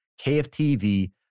KFTV